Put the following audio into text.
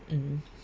mm